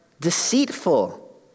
deceitful